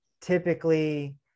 typically